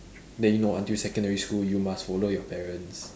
then you know until secondary school you must follow your parents